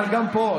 אבל גם פה,